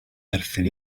perthyn